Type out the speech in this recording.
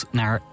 naar